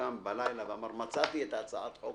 קם בלילה ואמר "מצאתי את הצעת החוק,